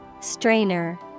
Strainer